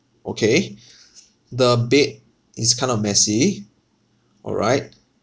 okay the bed is kind of messy all right